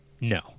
no